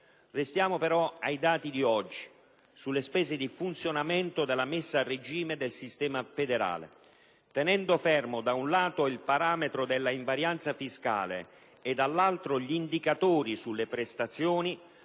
Restiamo però ai dati di oggi sulle spese di funzionamento della messa a regime del sistema federale: tenendo fermi da un lato il parametro dell'invarianza fiscale e dall'altro gli indicatori sulle prestazioni,